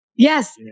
Yes